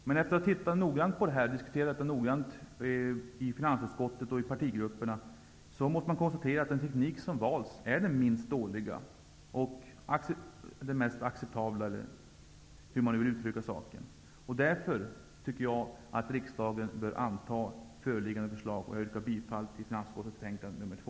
Men efter att man har tittat noggrant på detta och diskuterat det i finansutskottet och i partigrupperna, måste man konstatera att den teknik som har valts är den minst dåliga och den mest acceptabla, hur man nu vill uttrycka det. Därför tycker jag att riksdagen bör anta föreliggande förslag. Herr talman! Jag yrkar bifall till hemställan i finansutskottets betänkande 2.